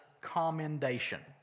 commendation